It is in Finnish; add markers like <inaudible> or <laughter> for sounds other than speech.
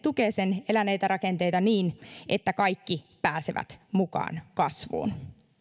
<unintelligible> tukee sen rakenteita niin että kaikki pääsevät mukaan kasvuun